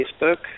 Facebook